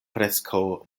preskaŭ